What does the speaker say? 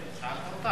שאלת אותם?